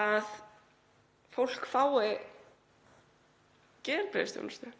að fólk fái geðheilbrigðisþjónustu.